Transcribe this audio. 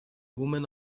woman